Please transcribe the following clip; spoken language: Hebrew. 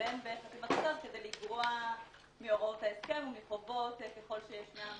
ואין בעת חתימת הצו כדי לגרוע מהוראות ההסכם ומחובות ככל שישנן.